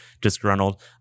disgruntled